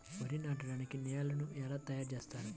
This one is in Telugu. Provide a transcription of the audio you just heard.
వరి నాటడానికి నేలను ఎలా తయారు చేస్తారు?